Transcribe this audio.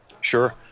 Sure